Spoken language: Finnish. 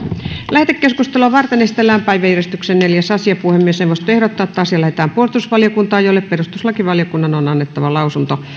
lähetekeskustelua varten esitellään päiväjärjestyksen neljäs asia puhemiesneuvosto ehdottaa että asia lähetetään puolustusvaliokuntaan jolle perustuslakivaliokunnan on annettava lausunto